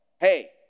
hey